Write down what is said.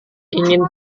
ingin